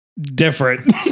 Different